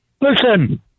listen